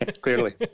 clearly